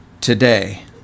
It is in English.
today